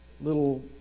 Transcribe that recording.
little